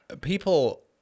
people –